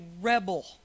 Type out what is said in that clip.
rebel